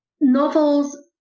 novels